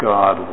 God